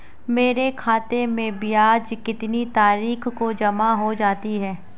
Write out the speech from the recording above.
मेरे खाते में ब्याज कितनी तारीख को जमा हो जाता है?